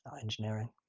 Engineering